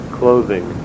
clothing